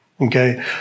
Okay